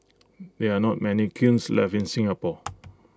there are not many kilns left in Singapore